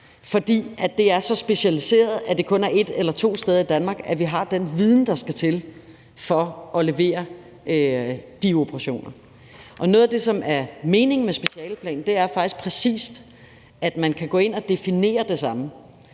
fordi de er så specialiserede, at det kun er et eller to steder i Danmark, man har den viden, der skal til for at lave dem. Og noget af det, som er meningen med specialeplanen, er faktisk, at man præcis kan gå ind og definere det samme.